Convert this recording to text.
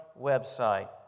website